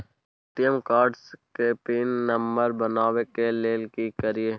ATM card के PIN number बनाबै के लेल की करिए?